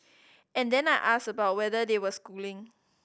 and then I asked about whether they were schooling